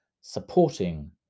supporting